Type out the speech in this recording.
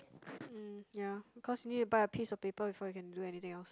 mm yeah because you need to buy a piece of paper before you can do anything else